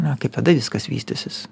na kaip tada viskas vystysis